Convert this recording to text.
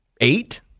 Eight